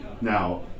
Now